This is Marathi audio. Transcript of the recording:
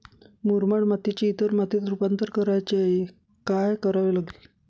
मुरमाड मातीचे इतर मातीत रुपांतर करायचे आहे, काय करावे लागेल?